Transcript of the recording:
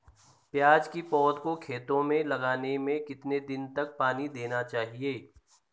प्याज़ की पौध को खेतों में लगाने में कितने दिन तक पानी देना चाहिए?